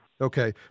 Okay